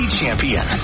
champion